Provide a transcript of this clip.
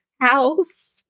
house